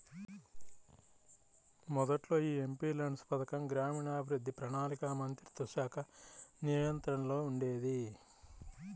మొదట్లో యీ ఎంపీల్యాడ్స్ పథకం గ్రామీణాభివృద్ధి, ప్రణాళికా మంత్రిత్వశాఖ నియంత్రణలో ఉండేది